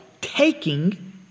taking